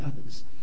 others